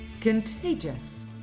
contagious